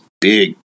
big